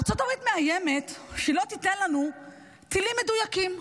ארצות הברית מאיימת שהיא לא תיתן לנו טילים מדויקים.